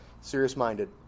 serious-minded